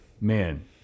man